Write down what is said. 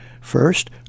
First